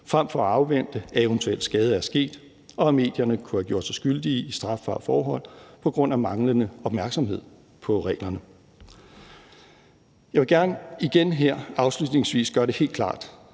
frem for at afvente, at eventuel skade er sket, og at medierne kunne have gjort sig skyldige i strafbare forhold på grund af manglende opmærksomhed på reglerne. Jeg vil gerne igen her afslutningsvis gøre det helt klart,